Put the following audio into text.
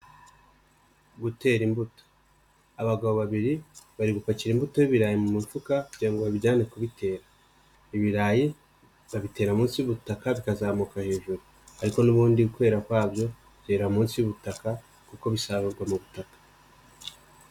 Gutera imbuto, abagabo babiri bari gupakira imbuto y'ibirayi mu mufuka kugirango babijyane kubitera, ibirayi babitera munsi y'ubutaka bikazamuka hejuru, ariko n'ubundi kwera kwabyo byera munsi y'ubutaka kuko bisarurwa mu butaka.